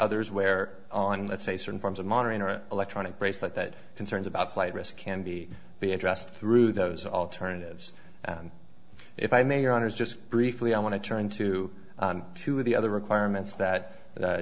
others where on let's say certain forms of monitoring or electronic bracelet that concerns about flight risk can be be addressed through those alternatives and if i may or on his just briefly i want to turn to two of the other requirements that